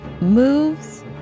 moves